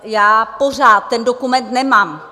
Já pořád ten dokument nemám.